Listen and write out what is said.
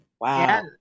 Wow